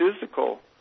physical